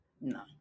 No